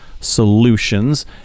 Solutions